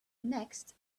next